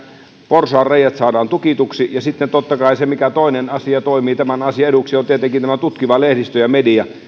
porsaanreiät saadaan tukituksi sitten se toinen asia mikä toimii tämän asian eduksi on tietenkin tutkiva lehdistö ja media